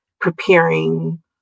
preparing